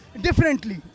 differently